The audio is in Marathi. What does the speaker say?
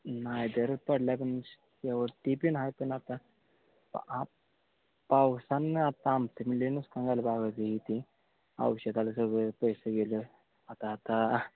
नाही दरच पडला पण यावर ते बीन आहे पण आता पावसानं आता आमचं बी लई नुकसान झालं बाबा इते औषधाला सगळे पैसे गेले आता आता